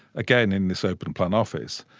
again in this open plan office.